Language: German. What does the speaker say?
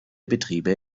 betriebe